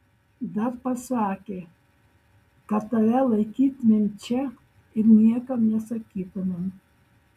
dar pasakė kad tave laikytumėm čia ir niekam nesakytumėm